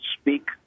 speak